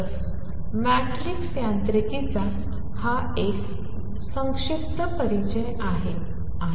तर मॅट्रिक्स यांत्रिकीचा हा एक संक्षिप्त परिचय आहे